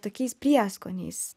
tokiais prieskoniais